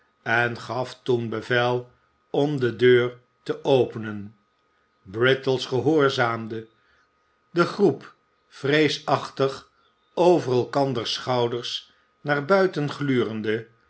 en gaf toen bevel om de deur te openen brittles gehoorzaamde de groep vreesachtig over elkanders schouders naar buiten glurende